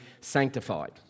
sanctified